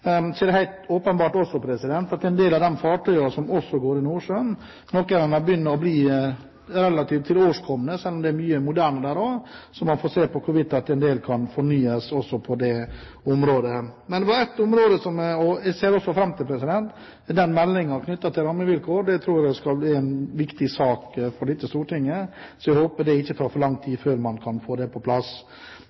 er også helt åpenbart at en del av de fartøyene som går i Nordsjøen, begynner å bli relativt tilårskomne – selv om det er mye moderne der også – så man får se på hvorvidt en del kan fornyes også på det området. Det er ett område som jeg også ser fram til, og det er meldingen knyttet til rammevilkår. Det tror jeg skal bli en viktig sak for dette stortinget, så jeg håper det ikke tar for lang tid før man kan få det på plass.